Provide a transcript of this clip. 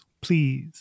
Please